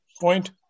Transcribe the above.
point